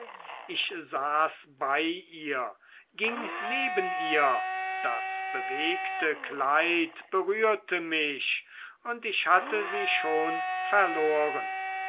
ich saß bei ihr ging neben ihr das bewegte kleid berührte mich und ich hatte sie schon verloren